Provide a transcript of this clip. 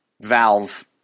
Valve